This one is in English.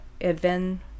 event